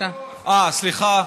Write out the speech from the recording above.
אה, סליחה.